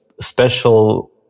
special